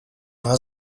war